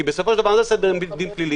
כי מה זה סדר דין פלילי?